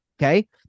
okay